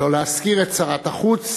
שלא להזכיר את שרת החוץ